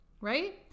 right